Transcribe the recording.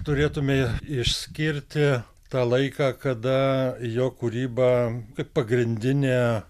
turėtume išskirti tą laiką kada jo kūryba kaip pagrindinė